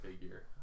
figure